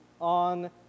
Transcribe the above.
on